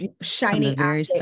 shiny